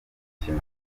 mukino